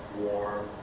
warm